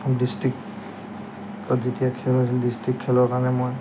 district যেতিয়া খেল হৈছিল ডিষ্ট্ৰিক্ট খেলৰ কাৰণে মই